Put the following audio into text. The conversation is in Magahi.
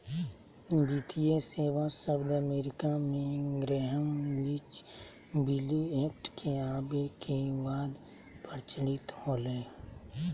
वित्तीय सेवा शब्द अमेरिका मे ग्रैहम लीच बिली एक्ट के आवे के बाद प्रचलित होलय